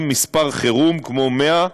עם מספר חירום כמו 100,